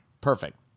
Perfect